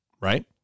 right